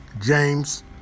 James